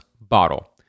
bottle